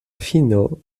fino